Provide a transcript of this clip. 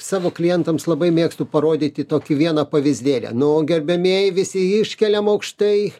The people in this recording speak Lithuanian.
savo klientams labai mėgstu parodyti tokį vieną pavyzdėlį nu gerbiamieji visi iškeliam aukštai